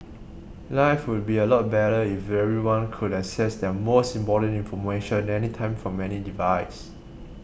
life would be a lot better if everyone could access their most important information anytime from any device